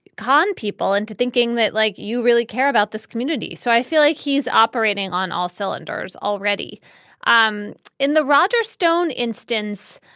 con people into thinking that, like, you really care about this community. so i feel like he's operating on all cylinders already um in the roger stone instance.